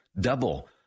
Double